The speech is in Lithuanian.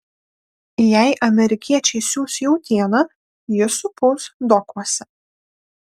jei amerikiečiai siųs jautieną ji supus dokuose